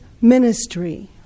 ministry